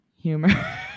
humor